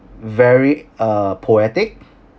very uh poetic